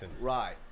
right